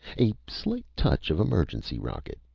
a slight touch of emergency rocket,